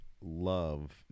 love